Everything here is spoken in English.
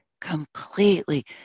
Completely